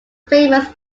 famous